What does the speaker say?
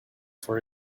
for